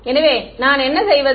எனவே நான் என்ன செய்வது